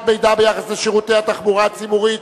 מידע ביחס לשירותי התחבורה הציבורית),